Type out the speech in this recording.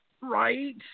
Right